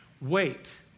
Wait